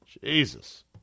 Jesus